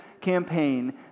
campaign